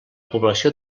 població